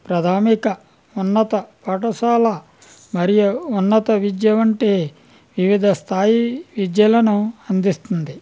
ప్రాథమిక ఉన్నత పాఠశాల మరియు ఉన్నత విద్య వంటి వివిధ స్థాయి విద్యలను అందిస్తుంది